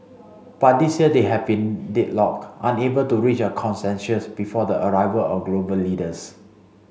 but this year they have been deadlocked unable to reach a consensus before the arrival of global leaders